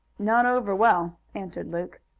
not over well, answered luke.